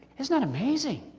isn't that amazing?